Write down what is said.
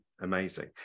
amazing